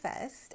first